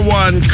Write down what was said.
one